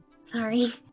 Sorry